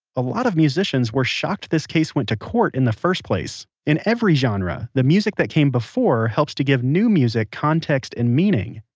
a lot of musicians were shocked this case went to court in the first place. in every genre, the music that came before helps to give new music context and meaning.